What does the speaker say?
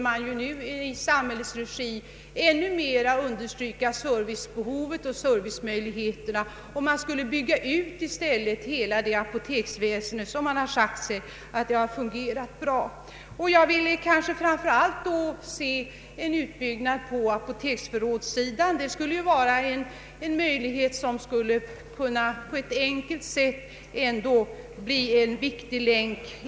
I samhällets regi borde i stället servicebehovet ha ännu mera understrukits, och man borde bygga ut det apoteksväsende som man har sagt fungerat bra. Jag vill då kanske framför allt se en utbyggnad på apoteksförrådssidan. Det skulle vara ett enkelt sätt och bli en viktig länk.